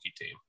team